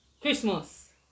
Christmas